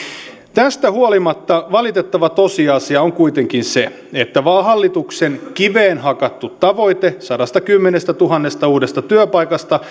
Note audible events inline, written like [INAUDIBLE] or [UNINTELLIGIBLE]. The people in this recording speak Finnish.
tästä huolimatta valitettava tosiasia on kuitenkin se että hallituksen kiveen hakattu tavoite sadastakymmenestätuhannesta uudesta työpaikasta [UNINTELLIGIBLE]